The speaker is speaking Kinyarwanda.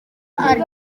ari